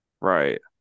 right